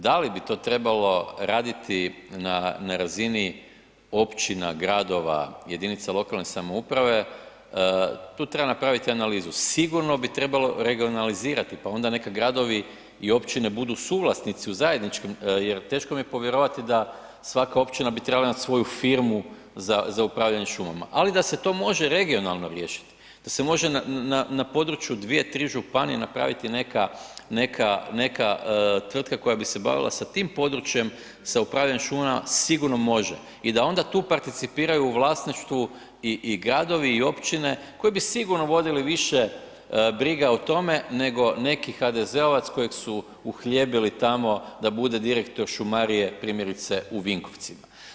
Da li bi to trebalo raditi na razini općina, gradova, jedinica lokalne samouprave, tu treba napraviti analizu, sigurno bi trebao regionalizirati pa onda neka gradovi i općine budu suvlasnici u zajedničkim jer teško mi je povjerovati da svaka općina bi trebala imati svoju firmu za upravljanje šumama ali da se to može regionalno riješiti, da se može na području 2, 3 županije napraviti neka tvrtka koja bise bavila sa tim područjem, sa upravljanjem šumama, sigurno može i onda tu participiraju u vlasništvu i gradovi i općine koji bi sigurno vodili brige o tome nego neki HDZ-ovac kojeg su uhljebili tamo da bude direktor šumarije primjerice u Vinkovcima.